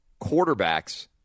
quarterbacks